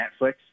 netflix